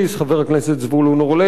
חבר הכנסת זבולון אורלב,